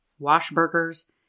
Washburgers